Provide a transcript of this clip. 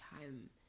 time